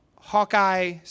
Hawkeye